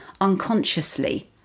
unconsciously